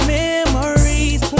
memories